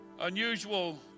Unusual